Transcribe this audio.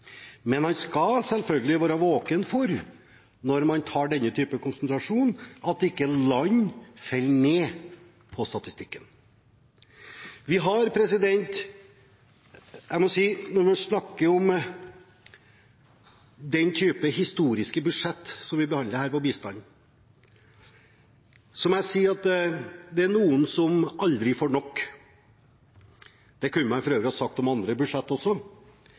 Men man skal selvfølgelig være våken for – når man foretar denne type konsentrasjon – at land ikke faller nedover på statistikken. Når man snakker om den type historisk bistandsbudsjett som vi behandler her, må jeg si at det er noen som aldri får nok. Det kunne man for øvrig ha sagt om andre budsjetter også.